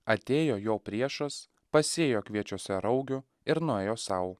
atėjo jo priešas pasėjo kviečiuose raugių ir nuėjo sau